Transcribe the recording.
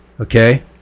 Okay